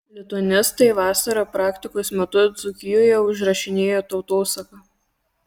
lituanistai vasarą praktikos metu dzūkijoje užrašinėjo tautosaką